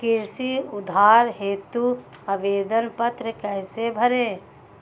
कृषि उधार हेतु आवेदन पत्र कैसे भरें?